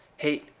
hate,